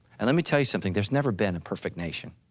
and let me tell you something, there's never been a perfect nation.